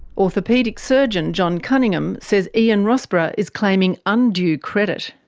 orthopaedic surgeon john cunningham says ian rossborough is claiming undue credit.